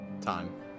Time